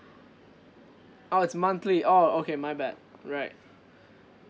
oh it's monthly orh okay my bad right